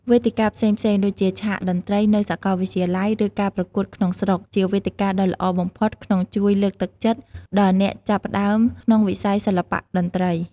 វេទិកាផ្សេងៗដូចជា ឆាកតន្ត្រីនៅសាកលវិទ្យាល័យ ឬការប្រកួតក្នុងស្រុក ជាវេទិកាដ៏ល្អបំផុតក្នុងជួយលើកទឹកចិត្តដល់អ្នកចាប់ផ្ដើមក្នុងវិស័យសិល្បៈតន្ត្រី។